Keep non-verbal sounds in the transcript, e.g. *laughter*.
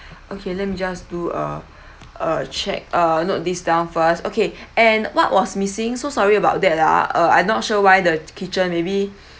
*breath* okay let me just do uh a check uh note this down first okay and what was missing so sorry about that lah uh I'm not sure why the kitchen maybe